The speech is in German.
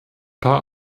paar